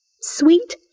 sweet